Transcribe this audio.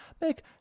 make